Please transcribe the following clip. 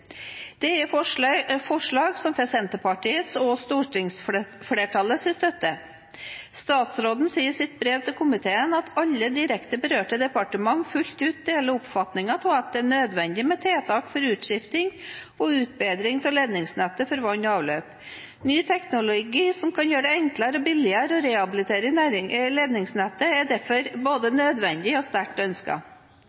er et forslag som får Senterpartiets og stortingsflertallets støtte. Statsråden sier i sitt brev til komiteen at alle direkte berørte departement fullt ut deler oppfatningen av at det er nødvendig med tiltak for utskifting og utbedring av ledningsnettet for vann og avløp. Ny teknologi som kan gjøre det enklere og billigere å rehabilitere ledningsnettet, er derfor både